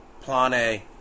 Plane